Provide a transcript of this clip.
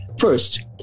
First